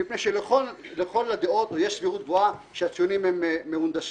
מפני שלכל הדעות או יש סבירות גבוהה שהציונים הם מהונדסים.